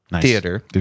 Theater